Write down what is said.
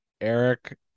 Eric